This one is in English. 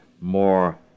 more